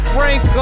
Frank